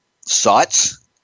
sites